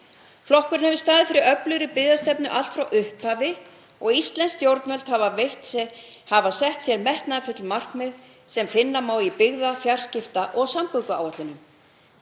Flokkurinn hefur staðið fyrir öflugri byggðastefnu allt frá upphafi og íslensk stjórnvöld hafa sett sér metnaðarfull markmið sem finna má í byggða-, fjarskipta- og samgönguáætlunum.